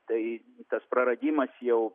tai tas praradimas jau